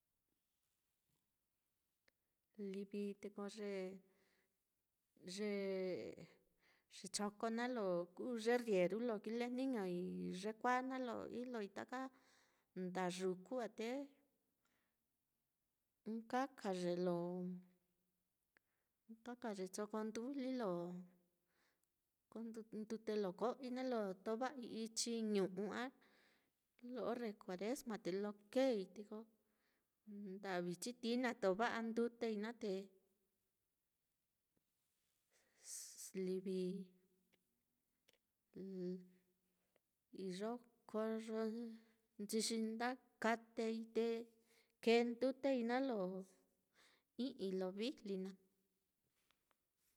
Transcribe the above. Livi te ko ye ye ye choko naá lo kuu ye rieru lo kilejniñoi yekuāā naá lo ijloi taka ndayuku á, te ɨkaka ye lo ɨkaka ye choko ndujli lo, ko n-ndute lo ko'oi naá lo tova'ai ichi ñu'u, lo orre kuaresma te lo keei, te ko nda'vi chitií naá tova'a ndutei naá, te livi xi iyo koyoi-nchi xi nda katei te kee ndutei naá lo i'íi lo vijli naá.